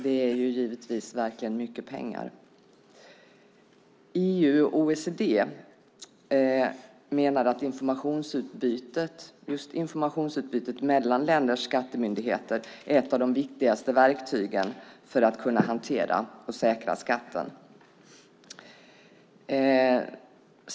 Det är givetvis mycket pengar. EU och OECD menar att just informationsutbytet mellan länders skattemyndigheter är ett av de viktigaste verktygen för att kunna hantera och säkra skatten.